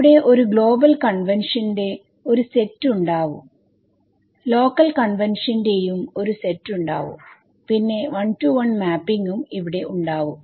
അവിടെ ഒരു global convention ന്റെ ഒരു സെറ്റ് ഉണ്ടാവും ലോക്കൽ കൺവെൻഷൻ ന്റെ ഒരു സെറ്റ് ഉണ്ടാവും പിന്നെ 1 to 1 മാപ്പിങ് ഉം ഇവിടെ ഉണ്ടാവും